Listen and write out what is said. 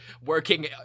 working